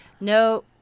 No